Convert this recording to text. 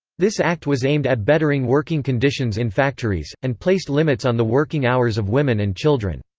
this act was aimed at bettering working conditions in factories, and placed limits on the working hours of women and children.